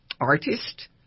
artist